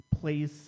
place